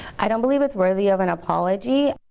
i don't believe it's worthy of an apology.